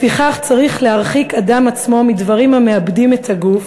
לפיכך צריך להרחיק אדם עצמו מדברים המאבדים את הגוף